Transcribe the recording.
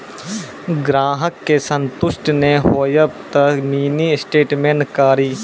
ग्राहक के संतुष्ट ने होयब ते मिनि स्टेटमेन कारी?